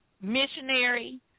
missionary